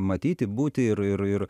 matyti būti ir ir ir